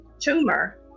tumor